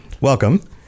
welcome